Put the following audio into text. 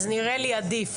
אז נראה לי שזה עדיף.